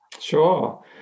Sure